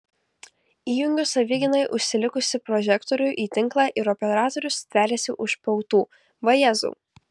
įjungiu savigynai užsilikusį prožektorių į tinklą ir operatorius stveriasi už pautų vajezau